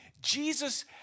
Jesus